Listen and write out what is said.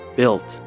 Built